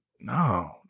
no